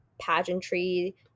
pageantry